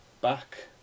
back